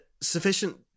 sufficient